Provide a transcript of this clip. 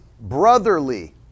brotherly